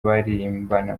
baririmbana